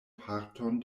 parton